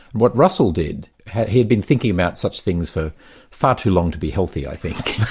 what russell did, he'd been thinking about such things for far too long to be healthy, i think,